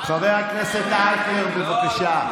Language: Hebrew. חבר'ה, זה לא מתאים.